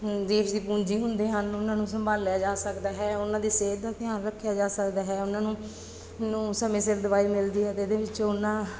ਦੇਸ਼ ਦੀ ਪੂੰਜੀ ਹੁੰਦੇ ਹਨ ਉਹਨਾਂ ਨੂੰ ਸੰਭਾਲਿਆ ਜਾ ਸਕਦਾ ਹੈ ਉਹਨਾਂ ਦੀ ਸਿਹਤ ਦਾ ਧਿਆਨ ਰੱਖਿਆ ਜਾ ਸਕਦਾ ਹੈ ਉਹਨਾਂ ਨੂੰ ਨੂੰ ਸਮੇਂ ਸਿਰ ਦਵਾਈ ਮਿਲਦੀ ਹੈ ਅਤੇ ਇਹਦੇ ਵਿੱਚੋਂ ਉਹਨਾਂ